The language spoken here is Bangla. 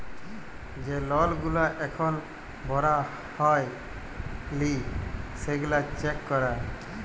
যে লল গুলা এখল ভরা হ্যয় লি সেগলা চ্যাক করা